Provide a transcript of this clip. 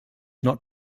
not